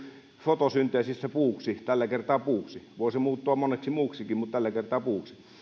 fotosynteesissä puuksi tällä kertaa puuksi voi se muuttua moneksi muuksikin mutta tällä kertaa puuksi